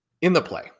in-the-play